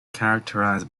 characterized